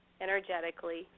energetically